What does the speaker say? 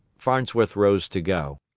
farnsworth rose to go.